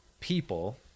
people